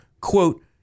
quote